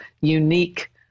unique